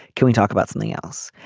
can we talk about something else.